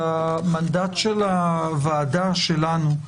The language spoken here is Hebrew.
במנדט של הוועדה שלנו,